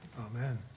amen